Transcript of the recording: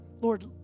Lord